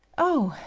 oh,